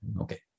Okay